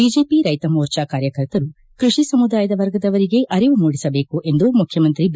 BJP Raitha Morcha ಕಾರ್ಯಕರ್ತರು ಕೃಷಿ ಸಮುದಾಯದ ವರ್ಗದವರಿಗೆ ಅರಿವು ಮೂಡಿಸಬೇಕು ಎಂದು ಮುಖ್ಣಮಂತ್ರಿ ಬಿ